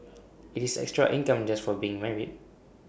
IT is extra income just for being married